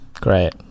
great